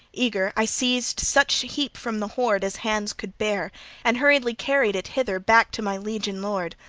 eager, i seized such heap from the hoard as hands could bear and hurriedly carried it hither back to my liege and lord.